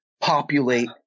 populate